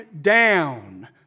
down